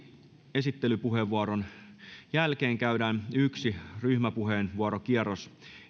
esittelypuheenvuoron jälkeen käydään yksi ryhmäpuheenvuorokierros